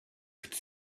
could